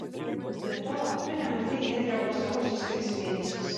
be to tu nematei henrio pastaruosius kelis mėnesius